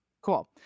Cool